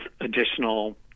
additional